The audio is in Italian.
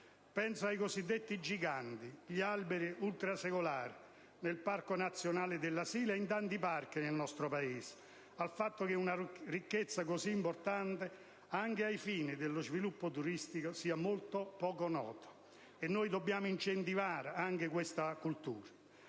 Penso ai cosiddetti giganti, gli alberi ultrasecolari presenti nel Parco nazionale della Sila - e in tanti altri nel nostro Paese - e al fatto che una ricchezza così importante, anche ai fini dello sviluppo turistico, sia molto poco nota, e noi dobbiamo incentivare anche questa cultura.